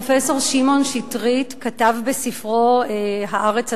פרופסור שמעון שטרית כתב בספרו "הארץ הטובה,